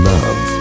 Love